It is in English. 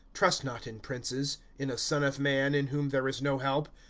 trust not in princes, in a son of man, in whom there is no help.